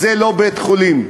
זה לא בית-חולים.